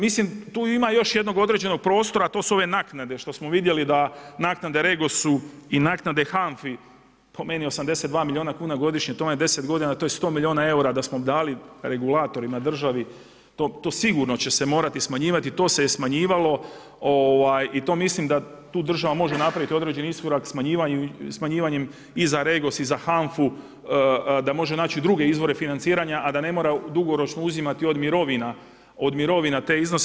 Mislim tu ima još jednog određenog prostora, a to ove naknade što smo vidjeli da naknade REgosu i naknade HANFA-i po meni 82 milijuna kuna godišnje, to vam je 10 godina, to je 100 milijuna eura da smo dali regulatorima, državi to sigurno će se morati smanjivati, to se je smanjivalo i tu mislim da država može napraviti određeni iskorak smanjivanjem i za Regos i za HANFA-u da može naći druge izvore financiranja , a da ne mora dugoročno uzimati od mirovina te iznose.